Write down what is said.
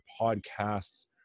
podcasts